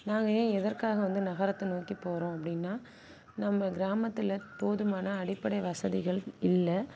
நாங்கள் ஏன் எதற்காக வந்து நகரத்தை நோக்கிப் போகிறோம் அப்படின்னா நம்ம கிராமத்தில் போதுமான அடிப்படை வசதிகள் இல்லை